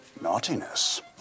naughtiness